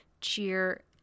Cheer